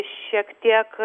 šiek tiek